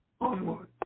onward